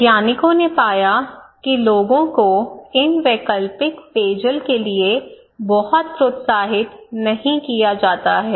वैज्ञानिकों ने पाया कि लोगों को इन वैकल्पिक पेयजल के लिए बहुत प्रोत्साहित नहीं किया जाता है